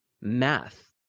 math